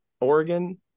Oregon